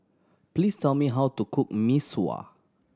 please tell me how to cook Mee Sua